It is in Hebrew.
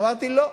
אמרתי, לא,